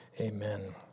Amen